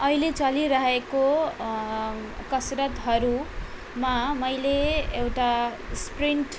अहिले चलिरहेको कसरतहरूमा मैले एउटा स्प्रिन्ट